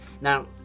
Now